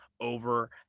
over